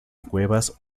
cuevas